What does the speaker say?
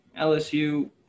LSU